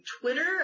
Twitter